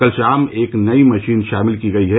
कल शाम एक नई मशीन शामिल की गई है